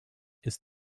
ist